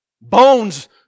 Bones